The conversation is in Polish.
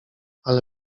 ale